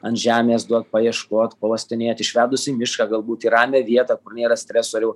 ant žemės duok paieškot pauostinėt išvedusi į mišką galbūt į ramią vietą kur nėra stresorių